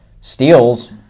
steals